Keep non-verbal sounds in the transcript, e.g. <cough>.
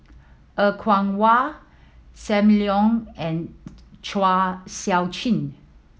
Er Kwong Wah Sam Leong and <noise> Chua Sian Chin